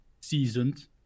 seasoned